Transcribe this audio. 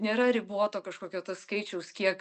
nėra riboto kažkokio to skaičiaus kiek